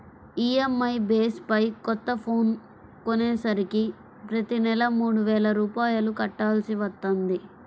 EMI base పై కొత్త phone కొనేసరికి ప్రతి నెలా మూడు వేల రూపాయలు కట్టాల్సి వత్తంది